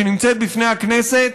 שנמצאת בפני הכנסת,